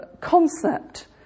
concept